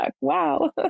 Wow